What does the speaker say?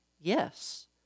Yes